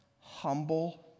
humble